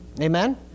Amen